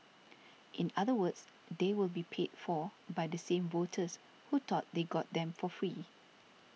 in other words they will be paid for by the same voters who thought they got them for free